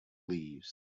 leaves